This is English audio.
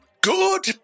good